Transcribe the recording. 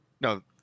No